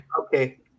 Okay